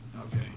Okay